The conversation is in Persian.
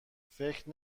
فکر